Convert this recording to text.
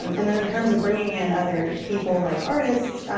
and then in terms of bringing in other people like artists,